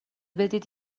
بدید